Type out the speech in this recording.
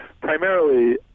Primarily